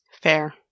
Fair